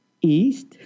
East